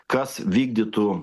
kas vykdytų